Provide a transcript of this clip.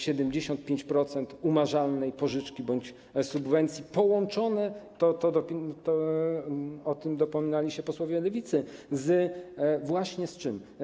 75% umarzalnej pożyczki bądź subwencji połączone - o to dopominali się posłowie Lewicy - właśnie, z czym?